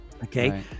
Okay